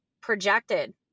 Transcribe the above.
projected